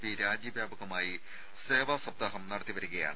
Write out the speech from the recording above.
P രാജ്യവ്യാപകമായി സേവാ സപ്താഹം നടത്തിവരികയാണ്